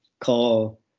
call